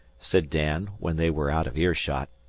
said dan when they were out of ear-shot,